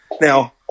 now